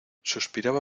suspiraba